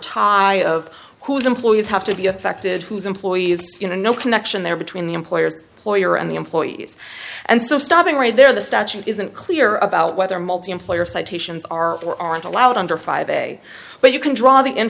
tie of who's employees have to be affected whose employees you know connection there between the employers lawyer and the employees and so stopping right there the statute isn't clear about whether multiemployer citations are or aren't allowed under five a but you can draw the in